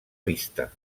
vista